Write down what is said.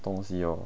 东西哦